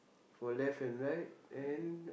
for left and right and